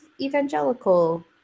evangelical